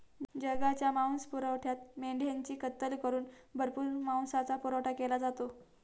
जगाच्या मांसपुरवठ्यात मेंढ्यांची कत्तल करून भरपूर मांसाचा पुरवठा केला जातो